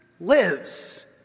lives